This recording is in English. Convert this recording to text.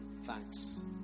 thanks